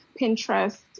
Pinterest